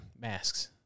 Masks